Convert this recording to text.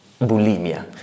bulimia